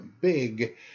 big